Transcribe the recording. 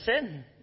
sin